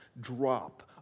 drop